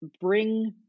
bring